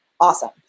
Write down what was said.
awesome